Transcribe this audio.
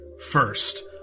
first